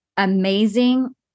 Amazing